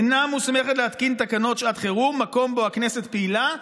אינה מוסמכת להתקין תקנות שעת חירום מקום שבו הכנסת פעילה,